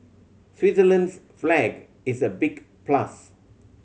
Switzerland's flag is a big plus